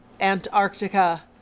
antarctica